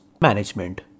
management